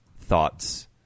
thoughts